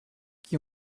qui